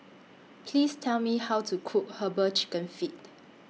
Please Tell Me How to Cook Herbal Chicken Feet